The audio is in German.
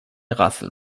rassel